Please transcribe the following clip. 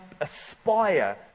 aspire